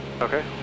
Okay